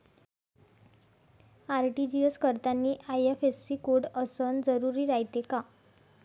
RTGS करतांनी IFSC code असन जरुरी रायते का?